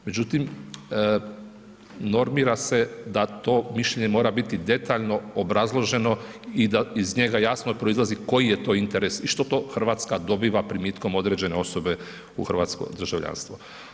Međutim, normira se da to mišljenje mora biti detaljno obrazloženo i da iz njega jasno proizlazi koji je to interes i što to Hrvatska dobiva primitkom određene osobe u hrvatsko državljanstvo.